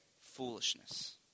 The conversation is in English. foolishness